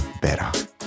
better